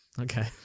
Okay